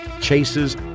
chases